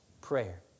prayer